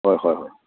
ꯍꯣꯏ ꯍꯣꯏ ꯍꯣꯏ